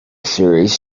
series